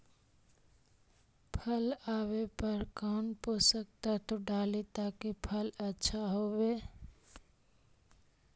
फल आबे पर कौन पोषक तत्ब डाली ताकि फल आछा होबे?